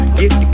get